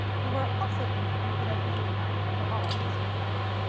who were also hungry but had food enough for all to survive,